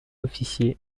officier